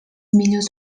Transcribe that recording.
millors